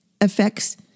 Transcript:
affects